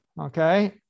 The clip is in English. okay